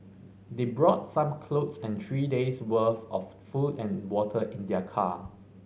they brought some clothes and three days worth of food and water in their car